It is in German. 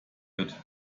wird